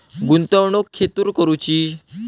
गुंतवणुक खेतुर करूची?